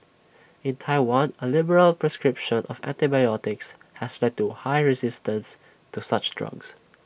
in Taiwan A liberal prescription of antibiotics has led to high resistance to such drugs